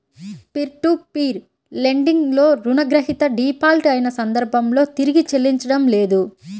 peer to peer lending లో రుణగ్రహీత default అయిన సందర్భంలో తిరిగి చెల్లించడం లేదు